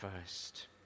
first